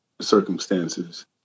circumstances